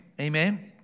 amen